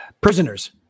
prisoners